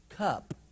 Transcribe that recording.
cup